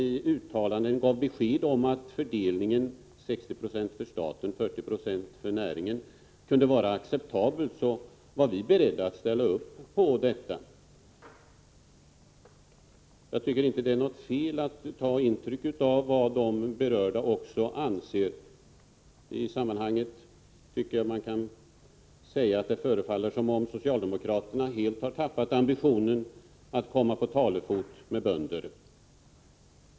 När företrädare för näringen uttalade att fördelningen 60 26 för staten och 40960 för näringen kunde vara acceptabel, var vi beredda att ställa upp på detta. Jag tycker inte att det är något fel i att ta intryck av vad också de berörda anser. Man kan säga att det förefaller som om socialdemokraterna i detta sammanhang helt har tappat ambitionen att komma på talefot med bönder.